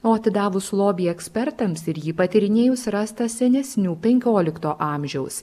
o atidavus lobį ekspertams ir jį patyrinėjus rasta senesnių penkiolikto amžiaus